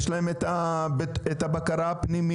יש להם את הבקרה הפנימית,